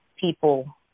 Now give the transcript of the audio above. people